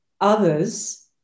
Others